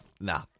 nah